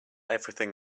everything